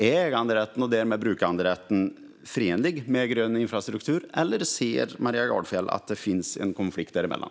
Är äganderätten och därmed brukanderätten förenlig med grön infrastruktur, eller ser Maria Gardfjell att det finns en konflikt däremellan?